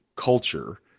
culture